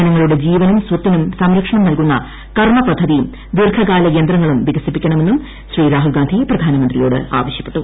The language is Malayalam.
ജനങ്ങളുടെ ജീവനും സ്വത്തിനും സംരക്ഷണം നൽകുന്നു കർമ്മ് പദ്ധതിയും ദീർഘകാല തന്ത്രങ്ങളും വികസിപ്പിക്കണമെന്നും ശ്രീ ർഷ്ട്രൂൽഗാന്ധി പ്രധാനമന്ത്രിയോട് ആവശ്യപ്പെട്ടു